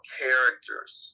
characters